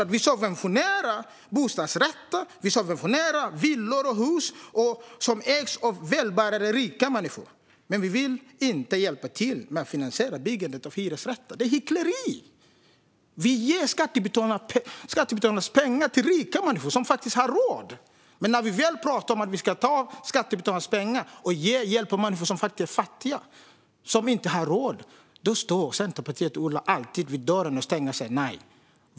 Vi subventionerar bostadsrätter, villor och hus som ägs av välbärgade, rika människor, men vi vill inte hjälpa till att finansiera byggandet av hyresrätter. Det är hyckleri! Vi ger skattebetalarnas pengar till rika människor som har råd, men när vi talar om att använda skattebetalarnas pengar för att hjälpa fattiga människor som inte har råd står Centerpartiet och Ola alltid vid dörren och stänger och säger nej.